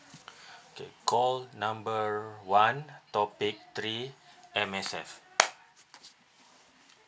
okay call number one topic three M_S_F